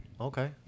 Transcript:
Okay